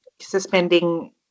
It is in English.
suspending